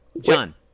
john